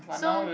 so